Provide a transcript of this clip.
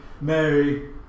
Mary